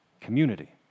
community